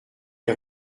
les